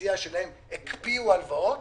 מהאוכלוסייה שלה הקפיאו הלוואות,